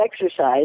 exercise